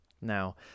Now